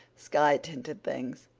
sky-tinted things.